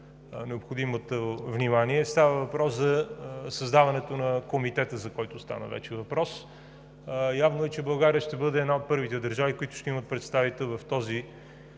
необходимото внимание. Става въпрос за създаването на комитета, за който стана вече въпрос. Явно е, че България ще бъде една от първите държави, които ще имат представител в този